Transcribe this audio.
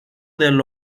del